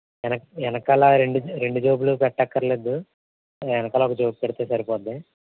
వెనక్ వెనకాల రెండు రెండు జేబులు పెట్టక్కర్లేద్దు వెనకాల ఒక జేబు పెడితే సరిపోద్ది